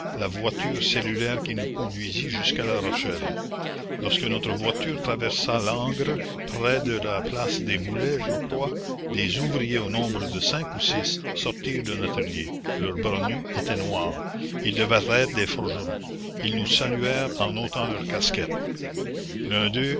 la voiture cellulaire qui nous conduisit jusqu'à larochelle la commune lorsque notre voiture traversa langres près de la place des boulets je crois des ouvriers au nombre de cinq ou six sortirent d'un atelier leurs bras nus étaient noirs ils devaient être des forgerons ils nous saluèrent en ôtant leurs casquettes l'un